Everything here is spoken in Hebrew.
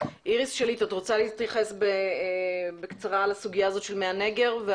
איריס שליט את רוצה להתייחס בקצרה לסוגיה הזאת של מי הנגר?